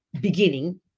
beginning